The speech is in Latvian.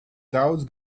daudz